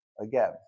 again